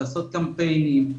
לעשות קמפיינים.